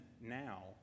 now